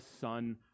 Son